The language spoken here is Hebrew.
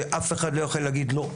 שאף אחד לא יכול להגיד לא.